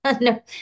No